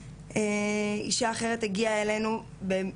וגם הכל היה תחת המסווה הזה של אני צריך להגן עליך,